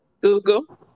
google